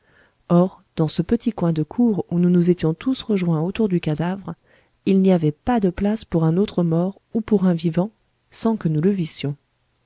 or dans ce petit coin de cour où nous nous étions tous rejoints autour du cadavre il n'y avait pas de place pour un autre mort ou pour un vivant sans que nous le vissions